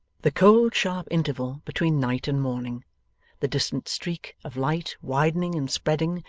the cold sharp interval between night and morning the distant streak of light widening and spreading,